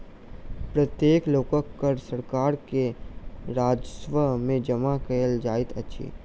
प्रत्येक लोकक कर सरकार के राजस्व में जमा कयल जाइत अछि